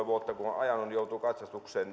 vuotta kun on ajanut joutuu katsastukseen